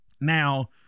Now